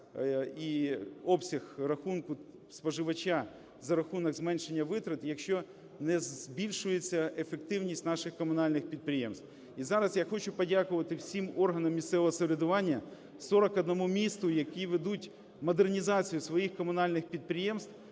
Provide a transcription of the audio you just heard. і обсяг рахунку споживача за рахунок зменшення витрат, якщо не збільшується ефективність наших комунальних підприємств. І зараз я хочу подякувати всім органам місцевого самоврядування, 41 місту, які ведуть модернізацію своїх комунальних підприємств